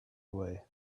away